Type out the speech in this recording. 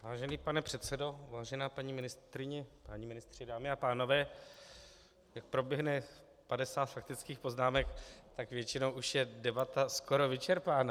Vážený pane předsedo, vážená paní ministryně, páni ministři, dámy a pánové, jak proběhne padesát faktických poznámek, tak většinou už je debata skoro vyčerpána.